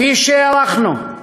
וכפי שהערכנו,